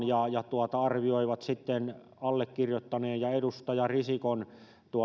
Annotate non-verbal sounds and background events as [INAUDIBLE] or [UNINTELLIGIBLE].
[UNINTELLIGIBLE] ja ja he sitten arvioivat allekirjoittaneen ja edustaja risikon